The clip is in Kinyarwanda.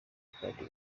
kandi